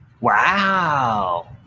Wow